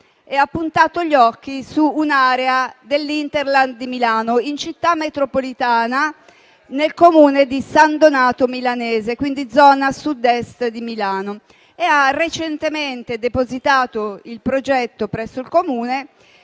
ha puntato gli occhi su un'area dell'*hinterland* di Milano, in città metropolitana, nel Comune di San Donato Milanese, nella zona Sud-Est di Milano, e ha recentemente depositato il progetto presso il Comune